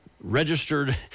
registered